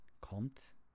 kommt